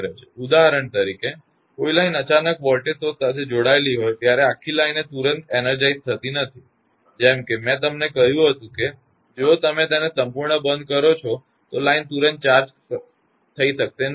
ઉદાહરણ તરીકે જ્યારે કોઈ લાઇન અચાનક વોલ્ટેજ સ્ત્રોત સાથે જોડાયેલી હોય ત્યારે આ આખી લાઈન એ તુરંત એનર્જાઇઝ થતી નથી જેમ કે મેં તમને કહ્યું હતુ કે જો તમે તેને સંપૂર્ણ બંધ કરો છો તો લાઇન તુરંત ચાર્જ કરી શકાશે નહીં